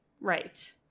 Right